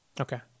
Okay